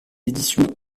éditions